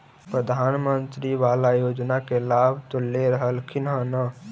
प्रधानमंत्री बाला योजना के लाभ तो ले रहल्खिन ह न?